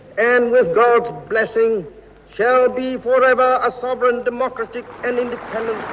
and with god's blessing shall be for ever a sovereign democratic and independent